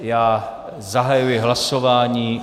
Já zahajuji hlasování.